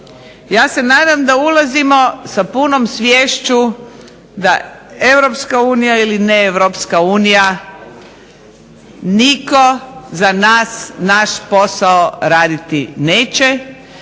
ja se nadam da ulazimo sa punom sviješću da EU ili neeuropska unija nitko za nas naš posao raditi neće